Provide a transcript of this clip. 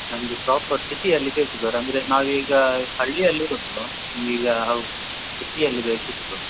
ನಮಗೆ ಪ್ರಾಪರ್ ಸಿಟಿಯಲ್ಲಿ ಬೇಕು ಸರ್ ಅಂದರೆ ನಾವು ಈಗ ಹಳ್ಳಿಯಲ್ಲಿ ಇರೋದು ಈಗ ಹೌದು ಸಿಟಿಯಲ್ಲಿ ಬೇಕಿತ್ತು